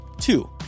Two